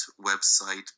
website